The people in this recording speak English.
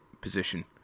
position